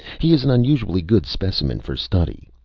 he is an unusually good specimen for study.